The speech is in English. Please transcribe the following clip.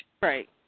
right